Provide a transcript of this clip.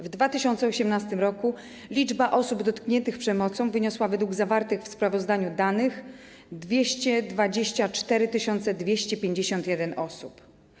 W 2018 r. liczba osób dotkniętych przemocą wyniosła - według zawartych w sprawozdaniu danych - 224 251 osób.